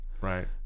Right